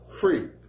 free